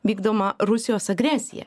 vykdoma rusijos agresija